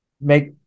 make